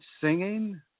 singing